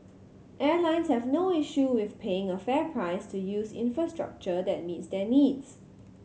airlines have no issue with paying a fair price to use infrastructure that meets their needs